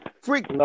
Freak